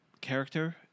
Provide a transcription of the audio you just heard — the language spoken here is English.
character